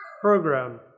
program